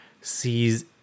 sees